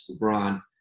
LeBron